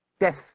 Death